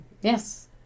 Yes